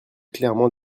clairement